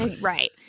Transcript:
Right